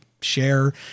share